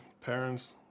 parents